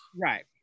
Right